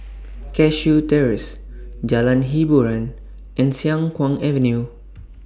Cashew Terrace Jalan Hiboran and Siang Kuang Avenue